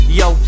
yo